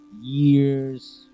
years